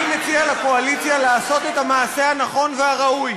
אני מציע לקואליציה לעשות את המעשה הנכון והראוי